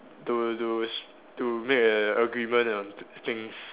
to to sh~ to make an agreement on t~ things